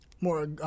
more